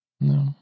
no